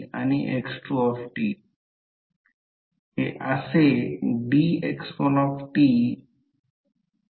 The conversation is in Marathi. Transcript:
म्हणून 1000 अँपिअर टर्न हे R1 R2 R3 आहे अशा प्रकारे ∅1 ∅2 ∅3 शोधावे लागतील मग हे पहा हे आहे हे आहे कृपया त्या आकृतीवर या जेव्हा दोन्ही कॉइलस् एक्साईट केलेल्या असतात